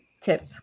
tip